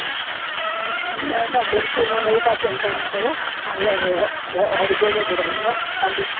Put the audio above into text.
न न बिल्कुलु उन जी तव्हां चिंता न कयो उहा हर घड़ी घुराईंदव गाॾी